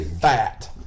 fat